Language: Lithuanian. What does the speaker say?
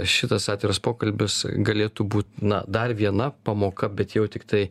šitas atviras pokalbis galėtų būt na dar viena pamoka bet jau tiktai